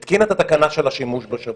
היא התקינה את התקנה של השימוש בשב"כ,